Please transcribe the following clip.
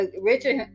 Richard